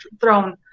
throne